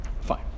Fine